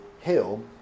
Hill